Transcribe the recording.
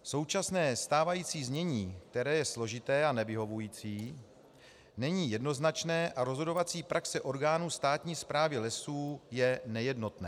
Současné, stávající znění, které je složité a nevyhovující, není jednoznačné a rozhodovací praxe orgánů státní správy lesů je nejednotná.